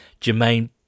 Jermaine